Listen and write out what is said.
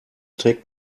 trägt